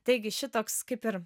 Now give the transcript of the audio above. taigi šitoks kaip ir